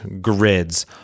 grids